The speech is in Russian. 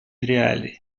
реалий